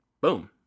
Boom